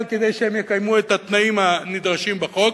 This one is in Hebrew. כדי שהם יקיימו את התנאים הנדרשים בחוק,